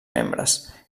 membres